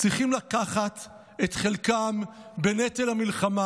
צריכים לתת את חלקם בנטל המלחמה.